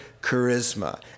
charisma